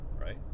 right